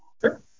Sure